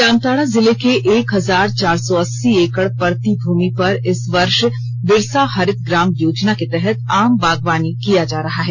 जामताड़ा जिले के एक हजार चार सौ अस्सी एकड़ परती भूमि पर इस वर्ष बिरसा हरित ग्राम योजना के तहत आम बागवानी किया जा रहा है